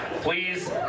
Please